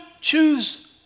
choose